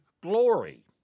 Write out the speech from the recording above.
glory